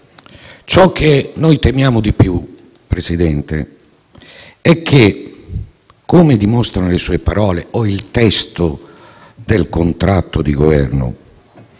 Ciò che noi temiamo di più, presidente Conte, è che, come dimostrano le sue parole o il testo del contratto di Governo,